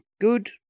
Good